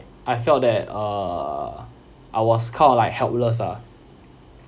I felt that uh I was kind of like helpless ah